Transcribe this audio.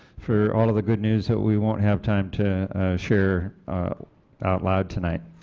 for all the good news that we will not have time to share out loud tonight.